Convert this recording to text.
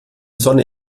sonne